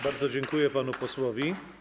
Bardzo dziękuję panu posłowi.